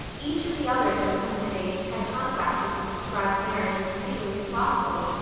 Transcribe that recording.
each of the others at coming of age had contracted this prescribed marriage as speedily as possible,